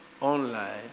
online